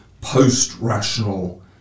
post-rational